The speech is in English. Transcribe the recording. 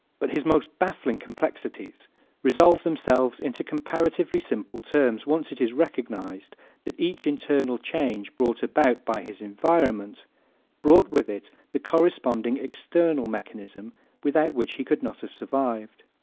but his most baffling complexities resolve themselves into comparatively simple terms once it is recognized that each internal change brought about by his environment brought with it the corresponding external mechanism without which he could not have survived.